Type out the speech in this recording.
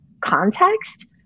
context